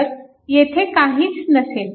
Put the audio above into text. तर येथे काहीच नसेल